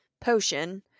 potion